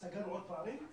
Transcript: סגרנו עוד פערים,